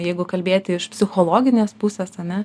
jeigu kalbėti iš psichologinės pusės ar ne